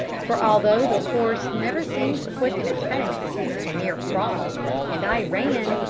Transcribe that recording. for although the horse never seemed to quicken its pace a mere crawl and i ran,